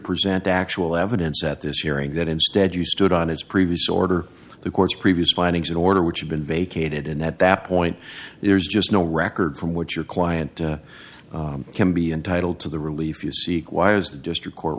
present the actual evidence at this hearing that instead you stood on its previous order the court's previous findings an order which had been vacated and that that point there's just no record from what your client can be entitled to the relief you seek why was the district court